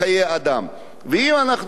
ואם אנחנו מצילים חיי אדם,